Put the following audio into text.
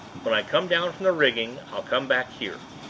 when i come down from the rigging, i'll come back here.